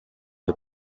the